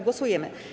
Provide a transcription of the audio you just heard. Głosujemy.